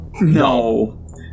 No